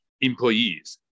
employees